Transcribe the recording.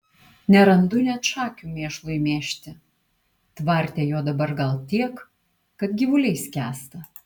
nerandu net šakių mėšlui mėžti tvarte jo dabar gal tiek kad gyvuliai skęsta